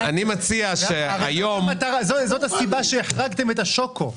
זאת הסיבה שהחרגתם את השוקו.